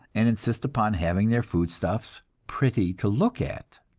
and insist upon having their foodstuffs pretty to look at!